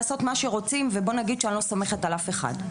לעשות מה שרוצים ובואו נגיד שאני לא סומכת על אף אחד.